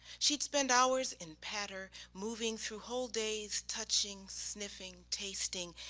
she's spend hours in patter moving through whole days touching, sniffing, tasting,